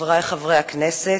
חברי חברי הכנסת,